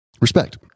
Respect